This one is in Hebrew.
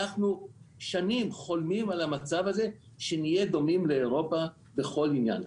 שנים אנחנו חולמים על המצב הזה שנהיה דומים לאירופה בכל עניין,